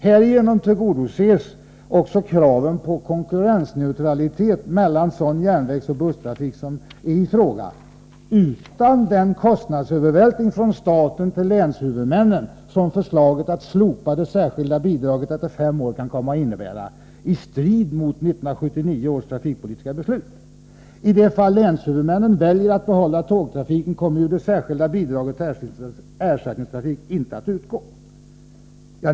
Härigenom tillgodoses också kraven på konkurrensneutralitet mellan sådan järnvägsoch busstrafik som är i fråga — utan den kostnadsövervältring från staten till länshuvudmännen som förslaget att slopa det särskilda bidraget efter fem år kan komma att innebära, i strid mot 1979 års trafikpolitiska beslut. I de fall länshuvudmännen väljer att behålla tågtrafiken kommer ju det särskilda bidraget till ersättningstrafik inte att utgå.